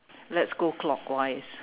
let's go clockwise